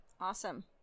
Awesome